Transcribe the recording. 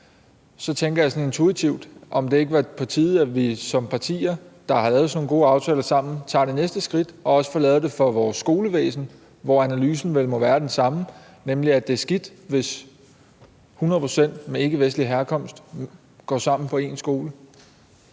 Så tænker jeg sådan intuitivt, om det ikke var på tide, at vi som partier, der har lavet sådan nogle gode aftaler sammen, tager det næste skridt og også får lavet det for vores skolevæsen, hvor analysen vel må være den samme, nemlig at det er skidt, hvis en skole har 100 pct. elever med ikkevestlig herkomst gående sammen. Kl.